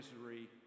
misery